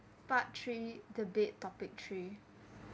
part three debate topic three